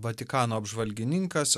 vatikano apžvalgininkas